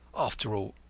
after all,